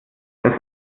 das